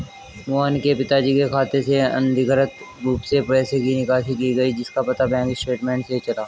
मोहन के पिताजी के खाते से अनधिकृत रूप से पैसे की निकासी की गई जिसका पता बैंक स्टेटमेंट्स से चला